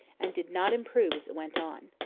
and did not improve as it went on.